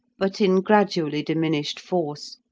but in gradually diminished force,